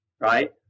right